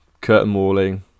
curtain-walling